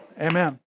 Amen